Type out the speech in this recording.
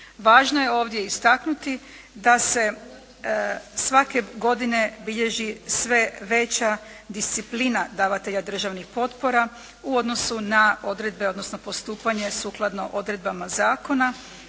Važno je ovdje istaknuti da se svake godine bilježi sve veća disciplina davatelja državnih potpora u odnosu na odredbe, odnosno postupanje sukladno odredbama zakona